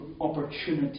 opportunity